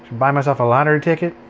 buy myself a lottery ticket.